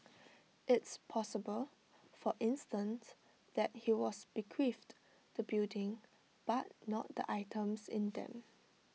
it's possible for instance that he was bequeathed the building but not the items in them